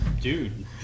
Dude